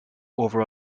over